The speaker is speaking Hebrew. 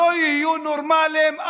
לא יהיו נורמליים.